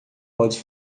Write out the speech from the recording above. pode